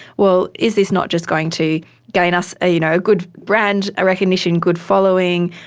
well, is this not just going to gain us ah you know good brand recognition, good following,